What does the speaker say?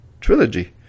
trilogy